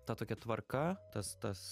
ta tokia tvarka tas tas